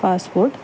passport